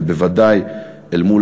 ובוודאי אל מול